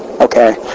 okay